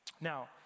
Now